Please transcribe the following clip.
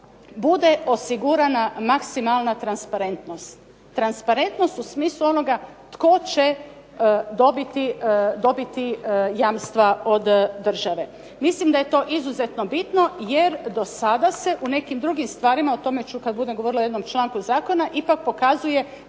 bude osigurana maksimalna transparentnost, transparentnost u smislu onoga tko će dobiti jamstva od države. Mislim da je to izuzetno bitno jer do sada se u nekim drugim stvarima, o tome ću kad budem govorila o jednom članku zakona, ipak pokazuje da